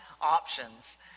options